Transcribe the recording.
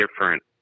different